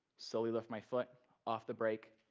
slowly lift my foot off the brake